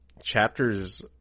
chapters